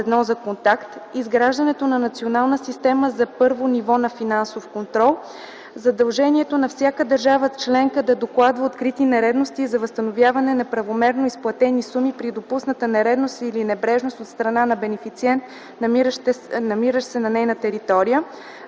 звено за контакт; - изграждането на национална система за първо ниво на финансов контрол; - задължението на всяка държава-членка да докладва открити нередности и да възстановява неправомерно изплатени суми при допусната нередност или небрежност от страна на бенефициент, намиращ се на нейна територия;